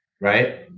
Right